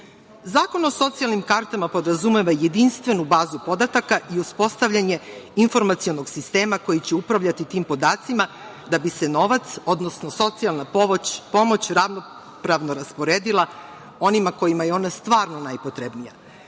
o socijalnim kartama podrazumeva jedinstvenu bazu podataka i uspostavljanje informacionog sistema koji će upravljati tim podacima da bi se novac, odnosno socijalna pomoć ravnopravno rasporedila onima kojima je ona stvarno najpotrebnija. Da